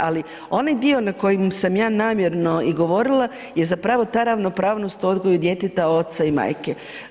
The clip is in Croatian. Ali onaj dio na koji sam namjerno i govorila je zapravo ta ravnopravnost u odgoju djeteta oca i majke.